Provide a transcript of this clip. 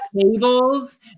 tables